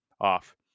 off